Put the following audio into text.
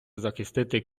захистити